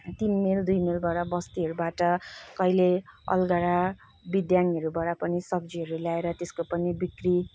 तिन माइल दुई माइल गएर बस्तीहरूबाट कहिले अलगडा बिद्याङहरूबाट पनि सब्जीहरू ल्याएर त्यसको पनि बिक्री